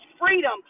freedom